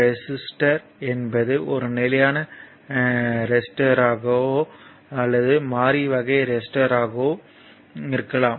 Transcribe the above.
resistor என்பது ஒரு நிலையான ரெசிஸ்டர்யாகவோ அல்லது மாறி வகை ரெசிஸ்டர்யாகவோ இருக்கலாம்